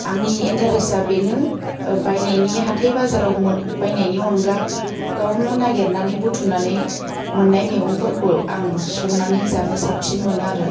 आंनि एन्टारेस्टआ बेनो बायनायनि हाथाइ बाजाराव बायनायनि अनगा गावनो नागिरनानै बुथुमनानै मोननाय मेगंफोरखौ आं संनानै जानो साबसिन मोनो आरो